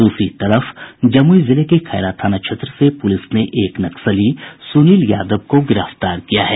दूसरी तरफ जमुई जिले के खैरा थाना क्षेत्र से पुलिस ने एक नक्सली सुनील यादव को गिरफ्तार किया है